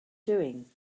doing